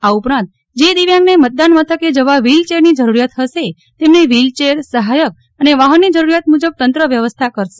આ ઉપરાંત જે દિવ્યાંગને મતદાન મથકે જવા વ્હીલચેરની જરૂરિયાત હશે તેમને વ્હીલચેરસહાયક અને વાહનની જરૂરિયાત મુજબ તંત્ર વ્યવસ્થા કરશે